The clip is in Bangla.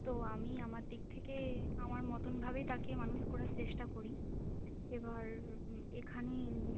তো আমি আমার দিক থেকে আমার মতনভাবেই তাকে মানুষ করার চেষ্টা করি এবার এখানে